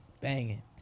banging